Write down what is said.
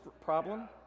problem